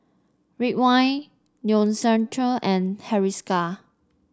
Ridwind Neostrata and Hiruscar